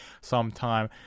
sometime